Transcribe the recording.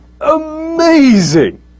amazing